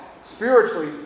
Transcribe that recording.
spiritually